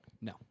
No